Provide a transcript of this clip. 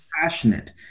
passionate